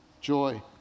joy